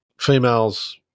females